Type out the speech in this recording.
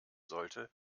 sollte